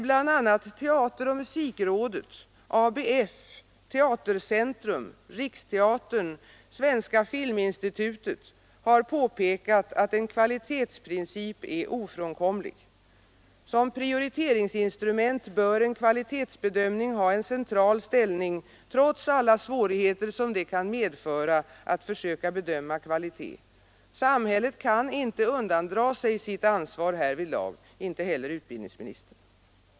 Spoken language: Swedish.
Bl.a. teateroch musikrådet, ABF, Teatercentrum, Riksteatern och Svenska filminstitutet har dock påpekat att en kvalitetsprincip är ofrånkomlig. Som prioriteringsinstrument bör en kvalitetsbedömning ha en central ställning trots alla svårigheter som det kan medföra att försöka bedöma kvalitet. Samhället kan inte undandra sig sitt ansvar härvidlag, inte heller utbildningsministern.